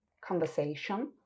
conversation